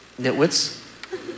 nitwits